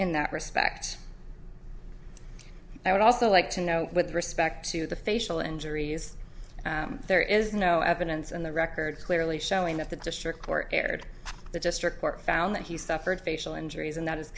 in that respect i would also like to know with respect to the facial injuries there is no evidence in the record clearly showing that the district court erred the district court found that he suffered facial injuries and